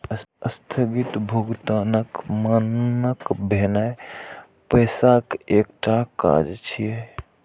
स्थगित भुगतानक मानक भेनाय पैसाक एकटा काज छियै